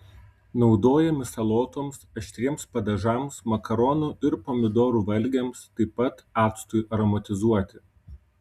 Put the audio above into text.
naudojami salotoms aštriems padažams makaronų ir pomidorų valgiams taip pat actui aromatizuoti